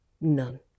None